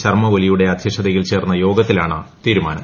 ശർമ ഒലിയുടെ അദ്ധ്യക്ഷതയിൽ ചേർന്നു യോഗ്ത്തിലാണ് തീരുമാനം